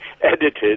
edited